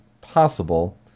possible